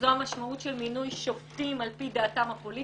זאת המשמעות של מינוי שופטים על פי דעתם הפוליטית.